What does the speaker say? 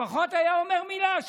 לפחות היה אומר מילה.